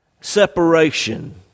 separation